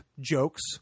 jokes